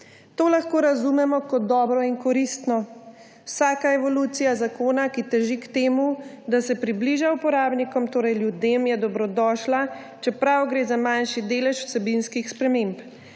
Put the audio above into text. To lahko razumemo kot dobro in koristno. Vsaka evolucija zakona, ki teži k temu, da se približa uporabnikom, torej ljudem, je dobrodošla, čeprav gre za manjši delež vsebinskih sprememb.